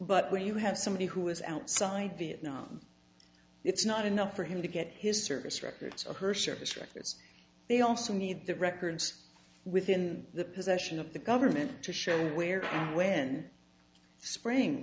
but when you have somebody who is outside vietnam it's not enough for him to get his service records or her service records they also need the records within the possession of the government to show where and when spraying